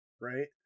right